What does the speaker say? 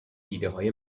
ایدههای